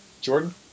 Jordan